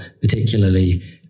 particularly